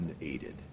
unaided